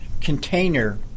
container